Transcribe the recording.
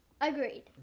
Agreed